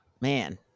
man